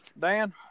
Dan